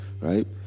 Right